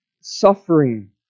suffering